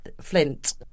Flint